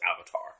Avatar